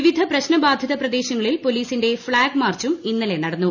വിവിധ പ്രശ്നബാധിത പ്രദേശങ്ങളിൽ പോലീസിന്റെ ഫ്ളാഗ് മാർച്ചും ഇന്നലെ നടന്നു